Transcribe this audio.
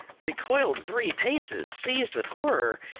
recoiled three paces, seized with horror,